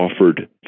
offered